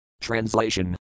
Translation